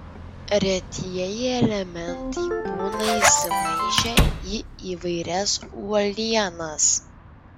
retieji elementai būna įsimaišę į įvairias uolienas